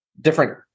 different